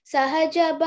Sahaja